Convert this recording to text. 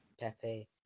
Pepe